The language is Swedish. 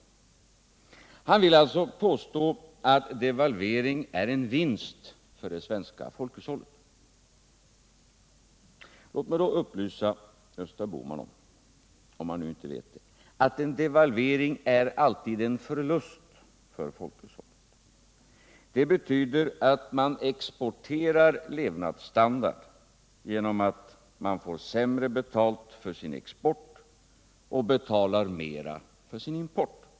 Han vill alltså påstå att devalvering är en vinst för det svenska folkhushållet. Låt mig då upplysa Gösta Bohman om —-ifall han inte vet det —-att en devalvering alltid är en förlust för folkhushållet. Den innebär nämligen att man exporterar levnadsstandard genom att man får sämre betalt för sin export och betalar mera för sin import.